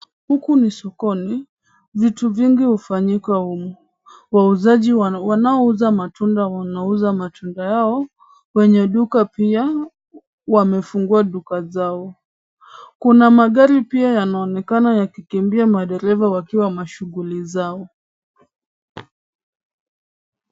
Huku ni sokoni, vitu vingi hufanyika humu. Wauzaji wanaouza matunda wanauza matunda yao, wenye duka pia wamefungua duka zao. Kuna magari pia yanaonekana yakikimbia madereva wakiwa mashughuli zao.